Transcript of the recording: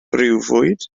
briwfwyd